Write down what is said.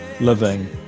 living